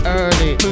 early